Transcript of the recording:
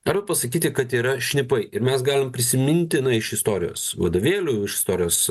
arba pasakyti kad yra šnipai ir mes galim prisiminti na iš istorijos vadovėlių iš istorijos